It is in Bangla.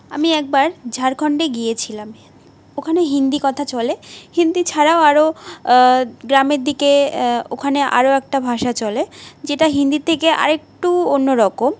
আমি একবার ঝাড়খন্ডে গিয়েছিলাম ওখানে হিন্দি কথা চলে হিন্দি ছাড়াও আরো গ্রামের দিকে ওখানে আরো একটা ভাষা চলে যেটা হিন্দির থেকে আর একটু অন্যরকম